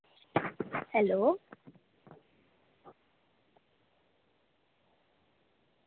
hello